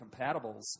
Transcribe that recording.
compatibles